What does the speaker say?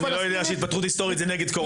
אני לא יודע שהתפתחות היסטורית היא נגד הקוראן.